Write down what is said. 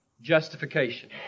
Justification